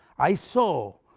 i saw,